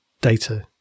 data